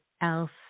else